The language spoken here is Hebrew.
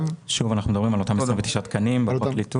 שוב, אנחנו מדברים על אותם 29 תקנים בפרקליטות.